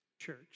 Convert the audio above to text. church